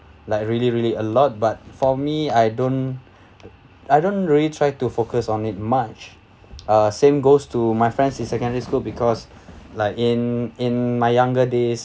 like really really a lot but for me I don't I don't really try to focus on it much uh same goes to my friend in secondary school because like in in my younger days